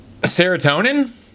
Serotonin